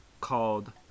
called